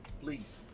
Please